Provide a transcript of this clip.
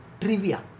trivia